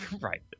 Right